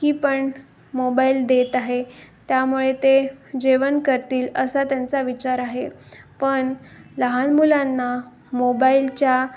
की पण मोबाईल देत आहे त्यामुळे ते जेवण करतील असा त्यांचा विचार आहे पण लहान मुलांना मोबाईलच्या